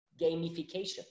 gamification